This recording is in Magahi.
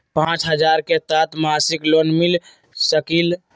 पाँच हजार के तहत मासिक लोन मिल सकील?